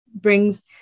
brings